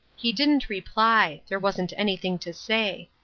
he didn't reply there wasn't anything to say.